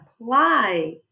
apply